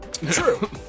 True